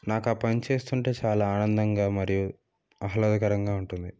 నాకు ఆ పని చేస్తుంటే చాలా ఆనందంగా మరియు ఆహ్లాదకరంగా ఉంటుంది